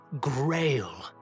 grail